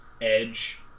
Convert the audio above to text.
edge